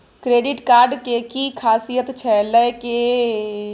Credit card के कि खासियत छै, लय में कोनो नुकसान भी छै?